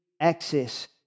access